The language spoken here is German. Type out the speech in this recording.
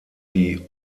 die